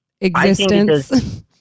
existence